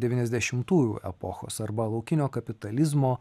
devyniasdešimtųjų epochos arba laukinio kapitalizmo